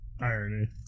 Irony